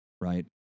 right